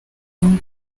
imwe